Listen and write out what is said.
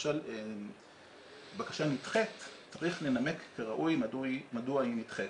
בקשה נדחית צריך לנמק כראוי מדוע היא נדחית.